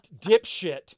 dipshit